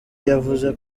yavuze